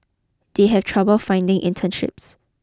they have trouble finding internships